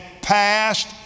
passed